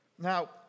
Now